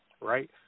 Right